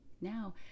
Now